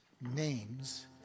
names